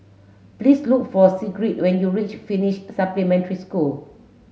please look for Sigrid when you reach Finnish Supplementary School